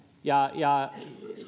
ja